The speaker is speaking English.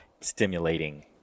stimulating